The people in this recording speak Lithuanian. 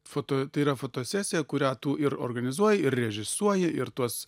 foto tai yra fotosesija kurią tu ir organizuoji ir režisuoji ir tuos